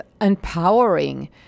empowering